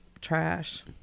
trash